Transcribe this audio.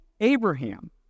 Abraham